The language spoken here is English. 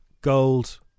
gold